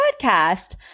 podcast